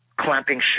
clamping